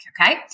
Okay